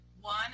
One